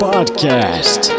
Podcast